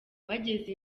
bageze